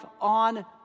on